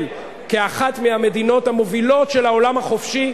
כאחת המדינות המובילות של העולם החופשי,